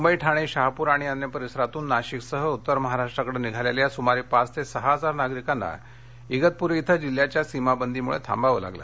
मुंबई ठाणे शहापूर आणि अन्य परिसरातून नाशिकसह उत्तर महाराष्ट्राकडे निघालेल्या सुमारे पाच ते सहा हजार नागरिकांना इगतप्री इथे जिल्ह्याच्या सीमाबंदीमुळे थांबाव लागलं